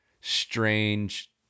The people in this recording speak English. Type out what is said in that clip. strange